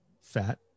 fat